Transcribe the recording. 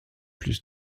plus